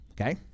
okay